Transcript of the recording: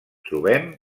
trobem